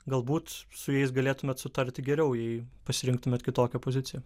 galbūt su jais galėtumėt sutarti geriau jei pasirinktumėt kitokią poziciją